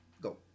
Go